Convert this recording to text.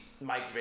Mike